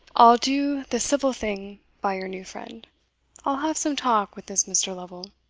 i'll do the civil thing by your new friend i'll have some talk with this mr. lovel.